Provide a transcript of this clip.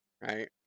Right